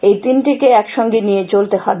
এই তিনটেকে একসঙ্গে নিয়ে চলতে হবে